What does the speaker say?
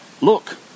Look